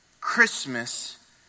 Christmas